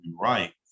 right